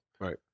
Right